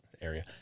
Area